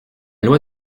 loi